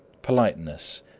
politeness,